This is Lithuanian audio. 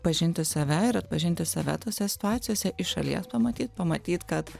pažinti save ir atpažinti save tose situacijose iš šalies pamatyt pamatyt kad